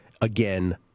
again